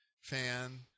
fan